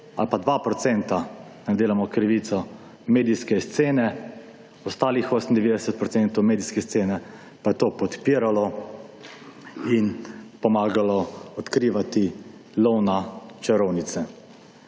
procenta, ne delamo krivico, medijske scene, ostalih 98 procentov medijske scene pa je to podpiralo in pomagalo odkrivati lov na čarovnice.